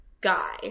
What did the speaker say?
guy